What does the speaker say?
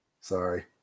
sorry